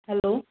hello